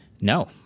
No